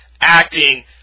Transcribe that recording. acting